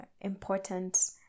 important